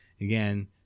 Again